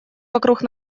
вокруг